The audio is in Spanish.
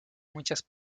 muchas